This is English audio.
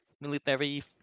military